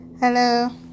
Hello